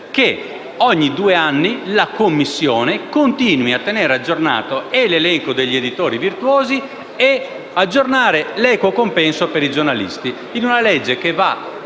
che, ogni due anni, la commissione continui a tenere aggiornati l'elenco degli editori virtuosi e l'equo compenso per i giornalisti. La legge è senza